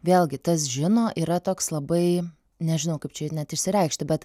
vėlgi tas žino yra toks labai nežinau kaip čia net išsireikšti bet